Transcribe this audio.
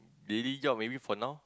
daily job maybe for now